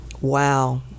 wow